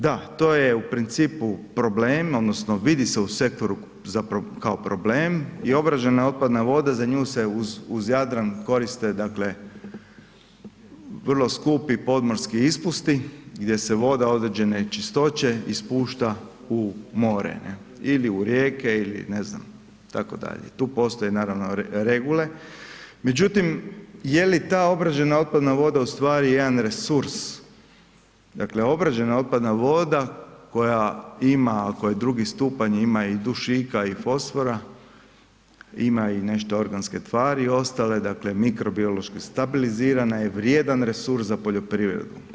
Da, to je u principu problem, odnosno vidi se u sektoru kao problem i obrađena otpadna voda, za nju se uz Jadran koriste dakle vrlo skupo podmorski ispusti gdje se voda određene čistoće ispušta u more ili u rijeke ili ne znam tako dalje, tu postoje naravno regule, međutim je li ta obrađena otpadna voda u stvari jedan resurs, dakle obrađena otpadna voda koja ima, ako je 2 stupanj ima i dušika i fosfora ima i nešto organske tvari ostale dakle mikrobiološki stabilizirana je vrijedan resurs za poljoprivredu.